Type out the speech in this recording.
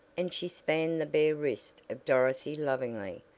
and she spanned the bare wrist of dorothy lovingly.